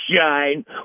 shine